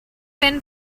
been